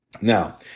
Now